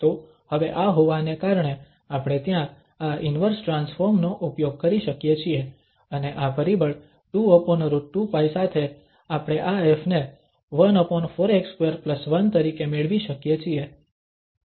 તો હવે આ હોવાને કારણે આપણે ત્યાં આ ઇન્વર્સ ટ્રાન્સફોર્મ નો ઉપયોગ કરી શકીએ છીએ અને આ પરિબળ 2√π સાથે આપણે આ ƒ ને 14x21 તરીકે મેળવી શકીએ છીએ